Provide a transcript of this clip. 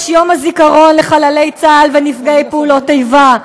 יש יום הזיכרון לחללי צה"ל ולנפגעי פעולות איבה,